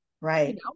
Right